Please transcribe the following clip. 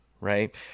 right